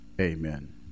amen